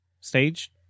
stage